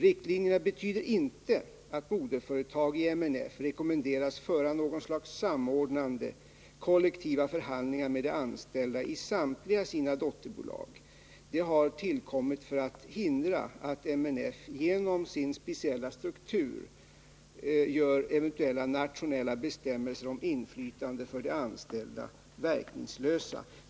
Riktlinjerna betyder inte att moderföretaget i ett multinationellt företag rekommenderas att föra något slags samordnande, kollektiva förhandlingar med de anställda i samtliga dotterföretag. Detta syftar till att förhindra att ett multinationellt företag genom sin speciella struktur gör nationella bestämmelser om inflytande för de anställda verkningslösa.